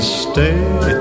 stay